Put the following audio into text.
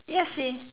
ya seh